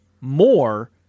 more